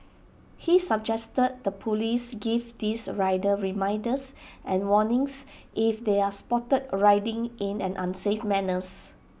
he suggested the Police give these riders reminders and warnings if they are spotted riding in an unsafe manner